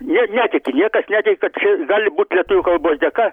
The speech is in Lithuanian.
jie netiki niekas netiki kad gali būti lietuvių kalbos dėka